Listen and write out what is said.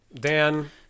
Dan